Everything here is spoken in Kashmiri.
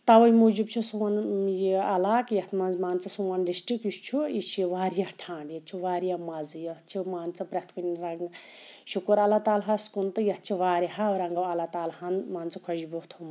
تَوَے موٗجوٗب چھُ سون یہِ عَلاقہٕ یَتھ مَنٛز مان ژٕ سون ڈسٹرک یُس چھُ یہِ چھُ واریاہ ٹھَنٛڈ ییٚتہِ چھُ واریاہ مَزٕ یَتھ چھُ مان ژٕ پرٛٮ۪تھ کُنہٕ رَنٛگہٕ شُکُر اللہ تعالٰی ہَس کُن تہٕ یَتھ چھِ واریَہَو رَنٛگَو اللہ تعالٰی اہَن مان ژٕ خۄشبوٗ تھومُت